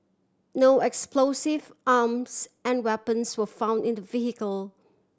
no explosive arms and weapons were found in the vehicle